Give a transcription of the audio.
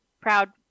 Proud